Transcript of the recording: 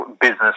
business